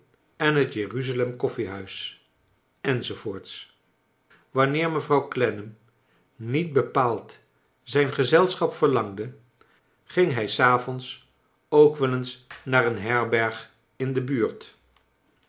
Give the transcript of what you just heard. en het jeruzalem koffiehuis enz wanneer mevrouw clennam'niet bepaald zijn gezelschap verlangde ging hij s avonds ook wel eens naar een herberg in de buurt